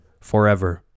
forever